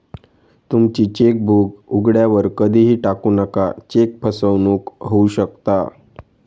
तुमची चेकबुक उघड्यावर कधीही टाकू नका, चेक फसवणूक होऊ शकता